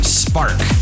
spark